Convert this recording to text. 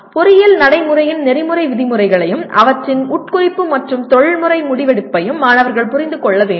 பொறியியல் நடைமுறையின் நெறிமுறை விதிமுறைகளையும் அவற்றின் உட்குறிப்பு மற்றும் தொழில்முறை முடிவெடுப்பையும் மாணவர்கள் புரிந்து கொள்ள வேண்டும்